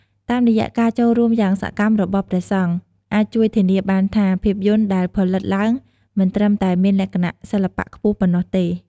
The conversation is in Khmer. តាមរយៈការចូលរួមយ៉ាងសកម្មរបស់ព្រះសង្ឃ អាចជួយធានាបានថា ភាពយន្តដែលផលិតឡើងមិនត្រឹមតែមានលក្ខណៈសិល្បៈខ្ពស់ប៉ុណ្ណោះទេ។